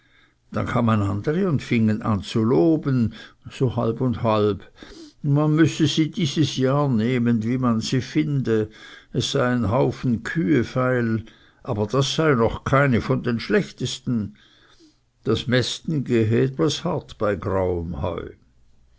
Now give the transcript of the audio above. dann kamen andere und fingen an zu loben so halb und halb man müsse sie dieses jahr nehmen wie man sie finde es seien häufen kühe feil aber das sei noch keine von den schlechtesten das mästen gehe etwas hart bei grauem heu